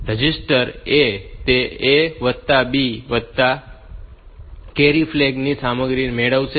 register A તે A વત્તા B વત્તા કેરી ફ્લેગ ની સામગ્રી મેળવશે